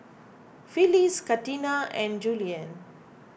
Phyliss Katina and Julianne